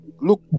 look